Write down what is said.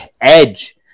edge